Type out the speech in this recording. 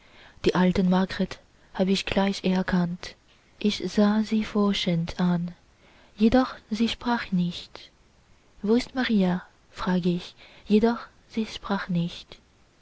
die alte margret hab ich gleich erkannt ich sah sie forschend an jedoch sie sprach nicht wo ist maria fragt ich doch sie sprach nicht